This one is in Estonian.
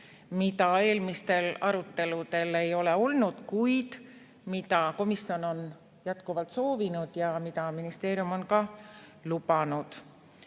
mida eelmistel aruteludel ei ole olnud, kuid mida komisjon on jätkuvalt soovinud ja mida ministeerium on ka lubanud.